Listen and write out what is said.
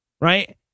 right